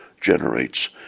generates